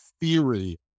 theory